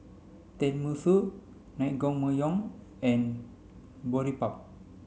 Tenmusu Naengmyeon and Boribap